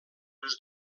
les